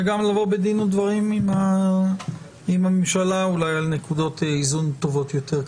וגם לבוא בדין ודברים עם הממשלה אולי על נקודות איזון טובות יותר.